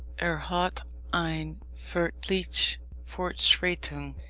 er hatte eine furchtliche fortschreitung.